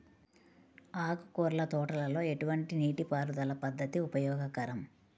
ఆకుకూరల తోటలలో ఎటువంటి నీటిపారుదల పద్దతి ఉపయోగకరం?